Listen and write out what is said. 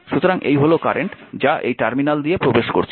সুতরাং এই হল কারেন্ট যা এই টার্মিনাল দিয়ে প্রবেশ করছে